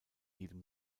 jedem